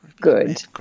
good